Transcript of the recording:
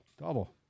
double